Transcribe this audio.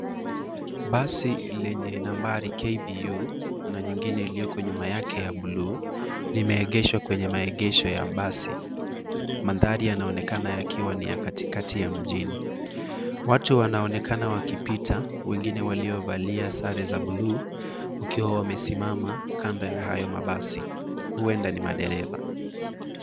Basi lenye nambari KBU, na nyingine ilioko nyuma yake ya buluu, limeegeshwa kwenye maegesho ya basi. Mandhari yanaonekana yakiwa ni ya katikati ya mjini. Watu wanaonekana wakipita, wengine waliovalia sare za buluu, wakiwa wamesimama kando ya haya mabasi, huenda ni madereva.